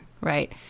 right